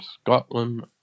Scotland